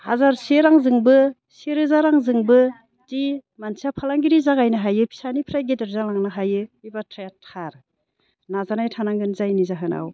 हाजारसे रांजोंबो से रोजा रांजोंबो इदि मानसिया फालांगिरि जागायनो हायो फिसानिफ्राय गेदेर जालांनो हायो इ बाथ्राया थार नाजानाय थानांगोन जायनि जाहोनाव